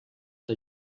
del